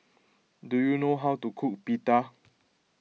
do you know how to cook Pita